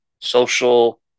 social